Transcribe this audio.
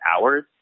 hours